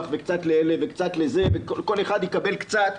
וקצת לאלה וקצת לאלה וכל אחד יקבל קצת,